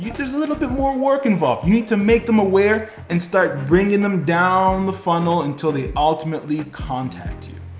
there's a little bit more work involved. you need to make them aware and start bringing them down the funnel until they ultimately contact you.